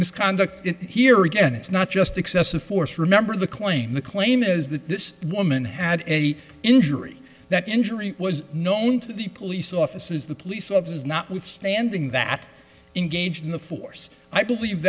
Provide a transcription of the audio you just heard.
misconduct here again it's not just excessive force remember the claim the claim is that this woman had an injury that injury was known to the police offices the police officers notwithstanding that engaged in the force i believe